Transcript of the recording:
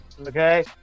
Okay